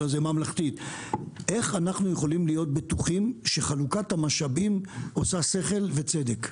להיות בטוחים שחלוקת המשאבים עושה שכל וצדק?